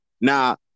Now